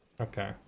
okay